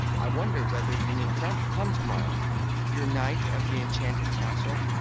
i wonder whether your new friend will come to-morrow your knight of the enchanted castle.